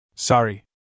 Sorry